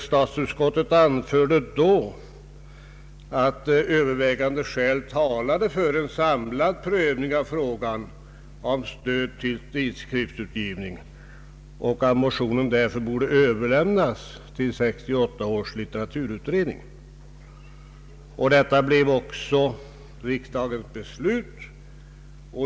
Statsutskottet anförde då att övervägande skäl talade för en samlad prövning av frågan om stöd till tidskriftsutgivning och att motionerna därför borde överlämnas till 1968 års litteraturutredning. Detta blev också riksdagens beslut.